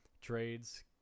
trades